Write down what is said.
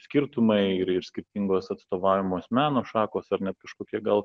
skirtumai ir ir skirtingos atstovaujamos meno šakos ar net kažkokie gal